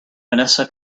vanessa